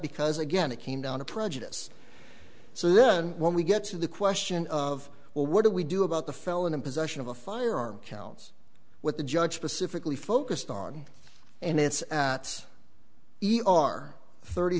because again it came down to prejudice so then when we get to the question of well what do we do about the felon in possession of a firearm counts what the judge specifically focused on and it's at e r thirty